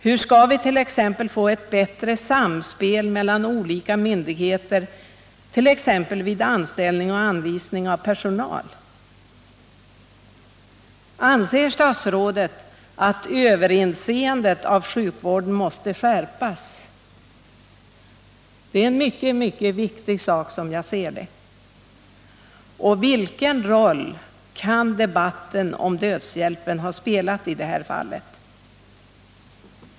Hur skall vi få ett bättre samspel mellan olika myndigheter, t.ex. vid anställning och anvisning av personal? Anser statsrådet att överinseendet över sjukvården måste skärpas? — Det är en mycket viktig sak, som jag ser den. Vilken roll kan debatten om dödshjälpen ha spelat i detta fall?